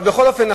אבל בכל אופן,